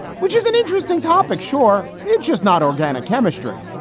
which is an interesting topic. sure. it's just not organic chemistry.